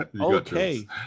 Okay